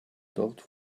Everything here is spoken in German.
dort